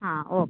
ಹಾಂ ಓಕೆ